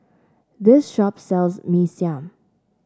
this shop sells Mee Siam